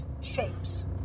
shapes